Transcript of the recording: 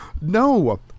No